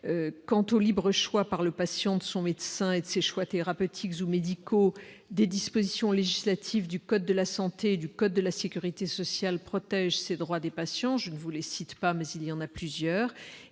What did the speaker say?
quant au libre choix par le patient de son médecin et de ses choix thérapeutique médicaux des dispositions législatives du code de la santé du code de la Sécurité sociale protège ses droits des patients, je ne vous les cite pas, mais s'il y en a plusieurs,